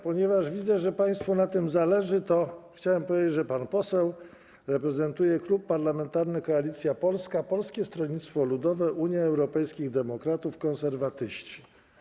Ponieważ widzę, że państwu na tym zależy, to chciałem powiedzieć, że pan poseł reprezentuje Klub Parlamentarny Koalicja Polska - Polskie Stronnictwo Ludowe, Unia Europejskich Demokratów, Konserwatyści.